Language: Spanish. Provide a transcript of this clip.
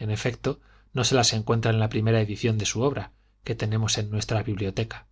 en efecto no se las encuentra en la primera edición de su obra que tenemos en nuestra biblioteca